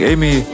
Amy